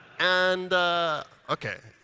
and ok.